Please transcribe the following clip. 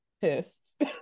pissed